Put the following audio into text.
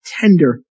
tender